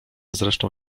zresztą